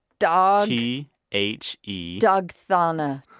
dog. t h e. dogthena